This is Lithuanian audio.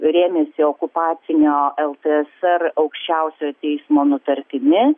rėmėsi okupacinio ltsr aukščiausiojo teismo nutartimi